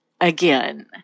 again